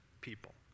people